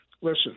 listen